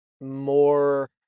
more